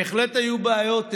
בהחלט היו בעיות.